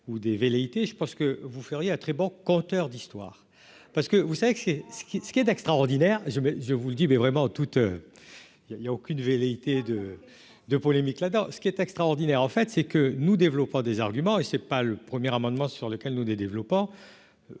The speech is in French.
ou des velléités je pense que vous feriez un très bon conteur d'histoires, parce que vous savez que c'est ce qui ce qui est extraordinaire, je me, je vous le dis, mais vraiment toutes, il y a, il y a aucune velléité de de polémique là-dedans ce qui est extraordinaire, en fait, c'est que nous développera des arguments et c'est pas le premier amendement sur lequel nous des développant